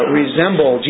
resemble